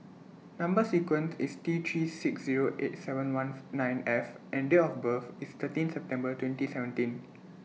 Number sequence IS T three six Zero eight seven one nine F and Date of birth IS thirteen September twenty seventeen